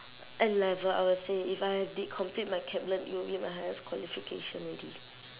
N level I would say if I did complete my kapland it will be my highest qualification already